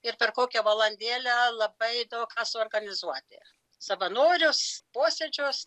ir per kokią valandėlę labai daug ką suorganizuoti savanorius posėdžius